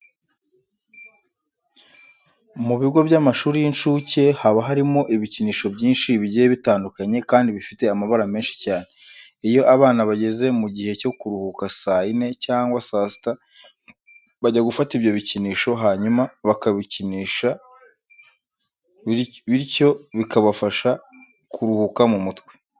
Mu bigo by'amashuri y'inshuke haba harimo ibikinisho byinshi bigiye bitandukanye kandi bifite amabara menshi cyane. Iyo abana bageze mu gihe cyo kuruhuka saa yine cyangwa saa sita bajya gufata ibyo bikinisho hanyuma bakabikinisha biryo bikabafasha kuruhuka mu mutwe.